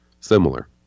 similar